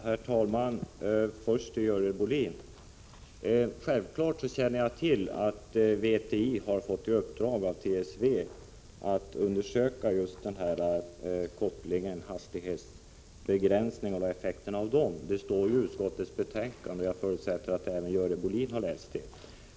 Herr talman! Först till Görel Bohlin: Det är självklart att jag känner till att VTI fått i uppdrag av TSV att undersöka kopplingen mellan olycksfrekvensen och hastighetsbegränsningarna. Det står i utskottets betänkande, och jag förutsätter att även Görel Bohlin har läst det.